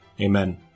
Amen